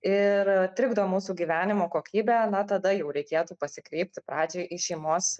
ir trikdo mūsų gyvenimo kokybę na tada jau reikėtų pasikreipti pradžioj į šeimos